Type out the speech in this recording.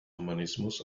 humanismus